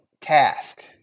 task